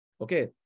Okay